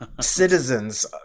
citizens